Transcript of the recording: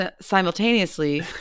simultaneously